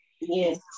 Yes